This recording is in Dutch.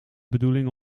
bedoeling